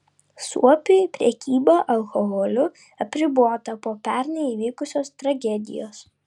suopiui prekyba alkoholiu apribota po pernai įvykusios tragedijos